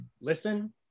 Listen